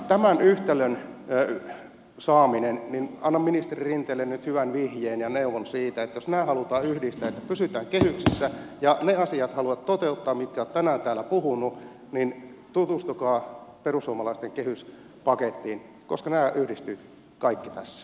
tämän yhtälön saamiseksi toimimaan annan ministeri rinteelle nyt hyvän vihjeen ja neuvon että jos halutaan yhdistää se että pysytään kehyksissä ja haluatte toteuttaa ne asiat mistä olette tänään täällä puhunut niin tutustukaa perussuomalaisten kehyspakettiin koska nämä yhdistyvät kaikki tässä